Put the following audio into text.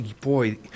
boy